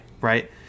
right